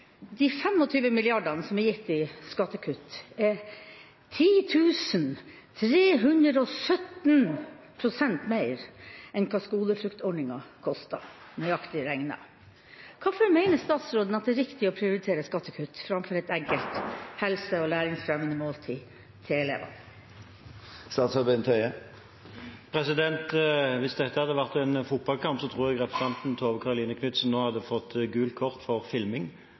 De 25 milliardene som er gitt i skattekutt, er 10 317 pst. mer enn hva skolefruktordningen kostet. Hvorfor mener statsråden det er riktig å prioritere skattekutt framfor et enkelt helse- og læringsfremmende måltid til elevene?» Hvis dette hadde vært en fotballkamp, tror jeg representanten Tove Karoline Knutsen nå hadde fått gult kort for filming.